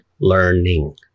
learning